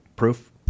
Proof